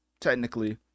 technically